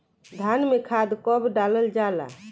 धान में खाद कब डालल जाला?